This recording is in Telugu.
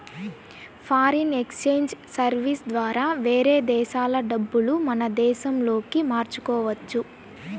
ఫారిన్ ఎక్సేంజ్ సర్వీసెస్ ద్వారా వేరే దేశాల డబ్బులు మన దేశంలోకి మార్చుకోవచ్చు